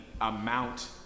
amount